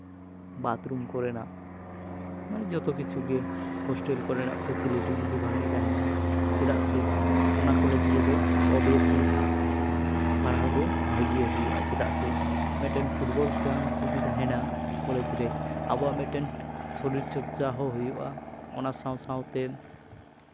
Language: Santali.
ᱵᱟᱛᱷᱨᱩᱢ ᱠᱚᱨᱮᱱᱟᱜ ᱡᱚᱛᱚᱠᱤᱪᱷᱩ ᱜᱮ ᱦᱳᱥᱴᱮᱞ ᱠᱚᱨᱮᱱᱟᱜ ᱯᱷᱮᱥᱤᱞᱤᱴᱤ ᱡᱩᱫᱤ ᱵᱷᱟᱜᱤ ᱛᱟᱦᱮᱱᱟ ᱪᱮᱫᱟᱜ ᱥᱮ ᱚᱱᱟ ᱠᱚᱞᱮᱡᱽ ᱨᱮᱫᱚ ᱳᱵᱤᱭᱮᱥᱞᱤ ᱯᱟᱲᱦᱟᱣ ᱫᱚ ᱵᱷᱟᱹᱜᱤ ᱜᱮ ᱦᱩᱭᱩᱜᱼᱟ ᱪᱮᱫᱟᱜ ᱥᱮ ᱢᱤᱫᱴᱮᱱ ᱯᱷᱩᱴᱵᱚᱞ ᱜᱨᱟᱣᱩᱱᱰ ᱡᱩᱫᱤ ᱛᱟᱦᱮᱱᱟ ᱠᱚᱞᱮᱡᱽ ᱨᱮ ᱟᱵᱚᱣᱟᱜ ᱢᱤᱫᱴᱮᱱ ᱥᱚᱨᱤᱨ ᱪᱚᱨᱪᱟ ᱦᱚᱸ ᱦᱩᱭᱩᱜᱼᱟ ᱚᱱᱟ ᱥᱟᱶ ᱥᱟᱶᱛᱮ